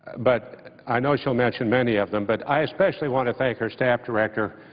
but i know she'll mention many of them but i especially want to thank her staff director,